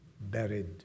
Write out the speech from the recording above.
buried